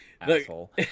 asshole